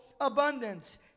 abundance